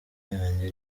yanjye